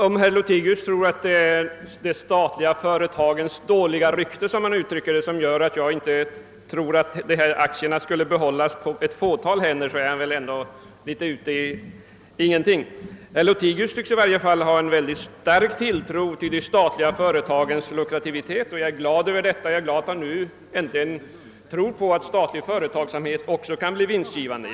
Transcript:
Om herr Lothigius tror att det är de statliga företagens dåliga rykte — som han uttryckte det — som gör att jag inte tror att aktierna skulle behållas på ett iåtal händer, är han ute i tomma luften. Herr Lothigius tycks ha en stark tilltro till att de statliga företagen är lukrativa. Jag är glad över att han nu äntligen tror på att också statliga företag kan bli vinstgivande.